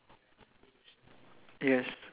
and the right one is uh